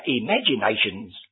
imaginations